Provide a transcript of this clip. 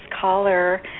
caller